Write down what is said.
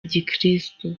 gikristo